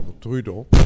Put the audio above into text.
Trudeau